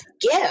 give